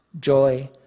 joy